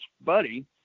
buddy